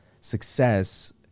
success